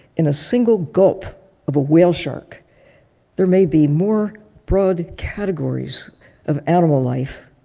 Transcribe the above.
in a single gulp of a whale shark there may be more broad categories of animal life,